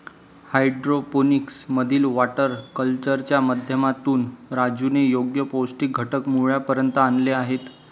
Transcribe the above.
hydroponics मधील water कल्चरच्या माध्यमातून राजूने योग्य पौष्टिक घटक मुळापर्यंत आणले आहेत